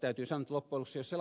täytyy sanoa että loppujen lopuksi jos se